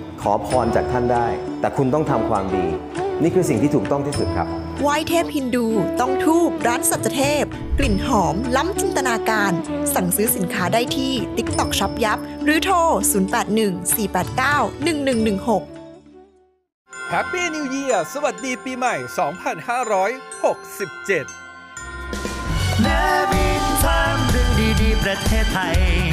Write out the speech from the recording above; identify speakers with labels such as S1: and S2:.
S1: ขอพรจากท่านได้ แต่คุณต้องทำความดี นี่คือสิ่งที่ถูกต้องที่สุดครับ
S2: ไหว้เทพฮินดู ต้องธูปร้านสัจเทพ กลิ่นหอมล้ำจินตนาการ สั่งซื้อสินค้าได้ที่ TikTok Shop Yap หรือโทร 081-489-1116
S3: Happy New Year สวัสดีปีใหม่ 2567
S4: Navy Time เรื่องดีๆ ประเทศไทย